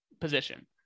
position